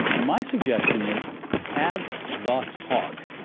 my suggestion is have the talk.